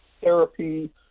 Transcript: therapy